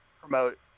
promote